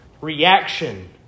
reaction